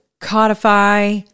codify